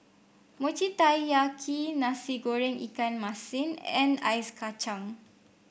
Mochi Taiyaki Nasi Goreng Ikan Masin and Ice Kacang